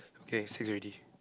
okay six already